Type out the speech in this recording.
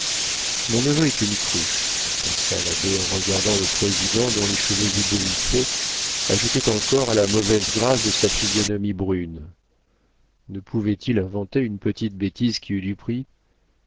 mon neveu est une cruche pensa l'abbé en regardant le président dont les cheveux ébouriffés ajoutaient encore à la mauvaise grâce de sa physionomie brune ne pouvait-il inventer une petite bêtise qui eût du prix